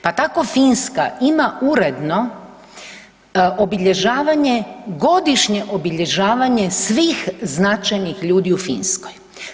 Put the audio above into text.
Pa tako Finska ima uredno obilježavanje, godišnje obilježavanje svih značajnih ljudi u Finskoj.